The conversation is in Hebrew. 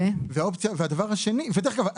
דרך אגב,